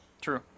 True